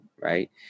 right